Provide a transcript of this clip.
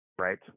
Right